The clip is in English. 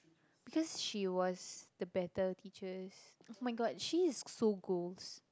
because she was the better teachers oh-my-god she is so goals